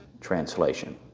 translation